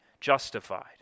justified